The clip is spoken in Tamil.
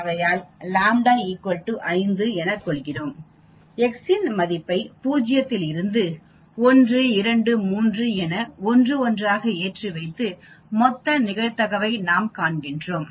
ஆகையால் ƛ 5 எனக் கொள்கிறோம் எக்ஸின் மதிப்பை பூஜ்ஜியத்தில் இருந்து 1 2 3 என ஒன்று ஒன்றாக ஏற்றிவைத்து மொத்த நிகழ்தகவை நாம் காண்கின்றோம்